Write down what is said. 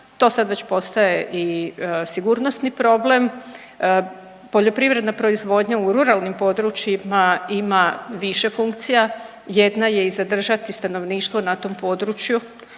to sad već postaje i sigurnosni problem, poljoprivredna proizvodnja u ruralnim područjima ima više funkcija, jedna je i zadržati stanovništvo na tom području,